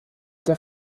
der